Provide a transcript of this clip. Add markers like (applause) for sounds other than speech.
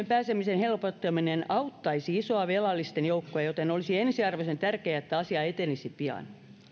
(unintelligible) pääsemisen helpottaminen auttaisi isoa velallisten joukkoa joten olisi ensiarvoisen tärkeää että asia etenisi pian